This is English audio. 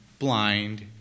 Blind